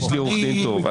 יש לי עורך דין טוב.